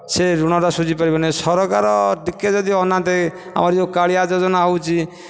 ସେ ଋଣଟା ସୁଝି ପାରିବନି ସରକାର ଟିକେ ଯଦି ଅନାନ୍ତେ ଆମର ଯେଉଁ କାଳିଆ ଯୋଜନା ହେଉଛି